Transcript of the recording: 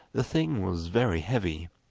the thing was very heavy,